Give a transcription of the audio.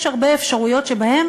יש הרבה אפשרויות שבהן